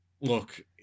look